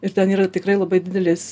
ir ten yra tikrai labai didelės